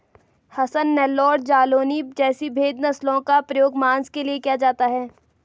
हसन, नेल्लौर, जालौनी जैसी भेद नस्लों का प्रयोग मांस के लिए किया जाता है